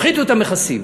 הפחיתו את המכסים,